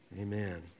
amen